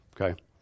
Okay